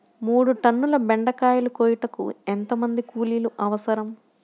మూడు టన్నుల బెండకాయలు కోయుటకు ఎంత మంది కూలీలు అవసరం?